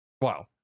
Wow